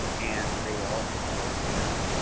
and they all can co-exist.